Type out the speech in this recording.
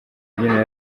rubyiniro